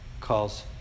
calls